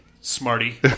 smarty